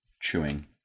Chewing